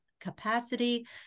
capacity